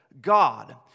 God